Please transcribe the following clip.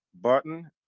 button